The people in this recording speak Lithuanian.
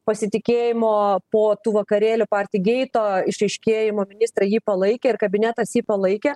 pasitikėjimo po tų vakarėlių parti geito išaiškėjimo ministrai jį palaikė ir kabinetas jį palaikė